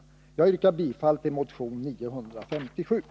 Jag yrkar bifall till motion 957.